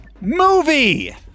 movie